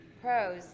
Pros